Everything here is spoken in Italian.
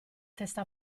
testa